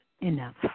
enough